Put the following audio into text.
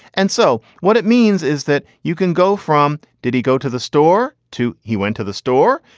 and so what it means is that you can go from. did he go to the store, too? he went to the store,